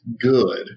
good